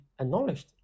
acknowledged